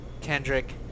Kendrick